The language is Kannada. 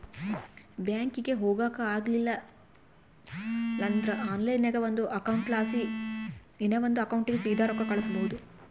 ಬ್ಯಾಂಕಿಗೆ ಹೊಗಾಕ ಆಗಲಿಲ್ದ್ರ ಆನ್ಲೈನ್ನಾಗ ಒಂದು ಅಕೌಂಟ್ಲಾಸಿ ಇನವಂದ್ ಅಕೌಂಟಿಗೆ ಸೀದಾ ರೊಕ್ಕ ಕಳಿಸ್ಬೋದು